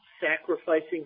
sacrificing